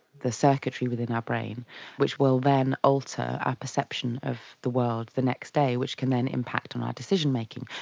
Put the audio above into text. the circuitry within our brain which will then alter our perception of the world the next day which can then impact on our decision-making,